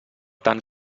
tant